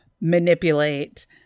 manipulate